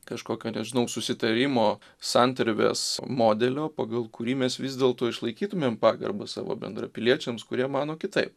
kažkokio nežinau susitarimo santarvės modelio pagal kurį mes vis dėlto išlaikytumėm pagarbą savo bendrapiliečiams kurie mano kitaip